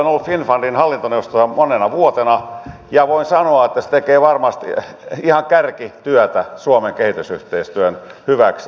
olen ollut finnfundin hallintoneuvostossa monena vuotena ja voin sanoa että se tekee varmasti ihan kärkityötä suomen kehitysyhteistyön hyväksi